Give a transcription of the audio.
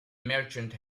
merchant